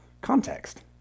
context